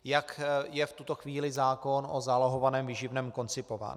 Jak je v tuto chvíli zákon o zálohovaném výživném koncipován.